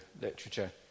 literature